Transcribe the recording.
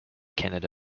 canada